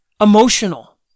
emotional